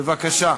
בבקשה.